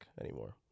anymore